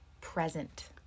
present